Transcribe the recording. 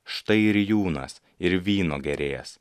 štai rijūnas ir vyno gėrėjas